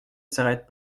s’arrête